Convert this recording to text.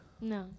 no